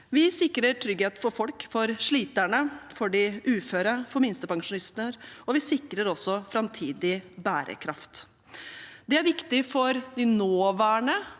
Vi sikrer trygghet for folk – for sliterne, for de uføre, for minstepensjonistene – og vi sikrer også framtidig bærekraft. Det er viktig for de nåværende